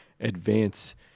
advance